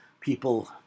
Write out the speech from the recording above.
people